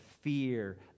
fear